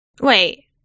Wait